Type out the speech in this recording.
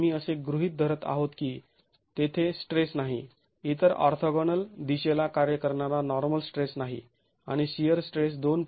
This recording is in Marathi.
आम्ही असे गृहीत धरत आहोत की तेथे स्ट्रेस नाही इतर ऑर्थोगोनल दिशेला कार्य करणारा नॉर्मल स्ट्रेस नाही आणि शिअर स्ट्रेस २